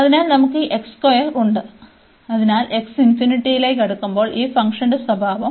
അതിനാൽ നമുക്ക് ഈ ഉണ്ട് അതിനാൽ x ലേക്ക് അടുക്കുമ്പോൾ ഈ ഫംഗ്ഷന്റെ സ്വഭാവം